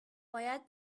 باید